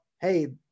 hey